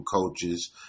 coaches